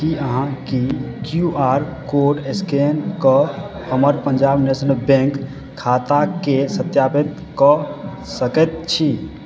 की अहाँ की Q R code scan कऽ हमर पंजाब नेशनल बैंक खाताके सत्यापित कऽ सकैत छी